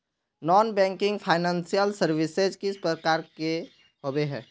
Non banking financial services किस प्रकार के होबे है?